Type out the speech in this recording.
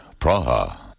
Praha